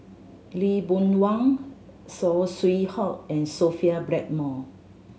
Lee Boon Wang Saw Swee Hock and Sophia Blackmore